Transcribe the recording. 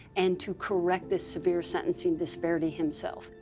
and to correct this severe sentencing disparity himself.